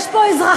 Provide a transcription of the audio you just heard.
יש פה אזרחים,